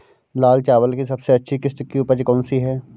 लाल चावल की सबसे अच्छी किश्त की उपज कौन सी है?